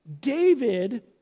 David